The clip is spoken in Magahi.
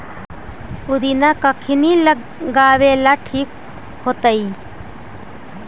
पुदिना कखिनी लगावेला ठिक होतइ?